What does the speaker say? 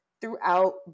throughout